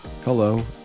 Hello